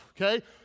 okay